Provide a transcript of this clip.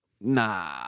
nah